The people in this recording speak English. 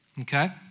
okay